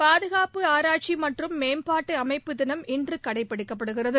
பாதுகாப்பு ஆராய்ச்சி மற்றும் மேம்பாட்டு அமைப்பு தினம் இன்று கடைபிடிக்கப்படுகிறது